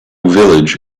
village